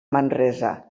manresa